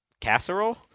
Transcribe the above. casserole